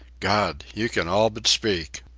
god! you can all but speak!